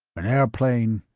an airplane,